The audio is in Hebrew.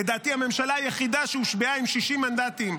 לדעתי הממשלה היחידה שהושבעה עם 60 מנדטים.